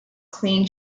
clean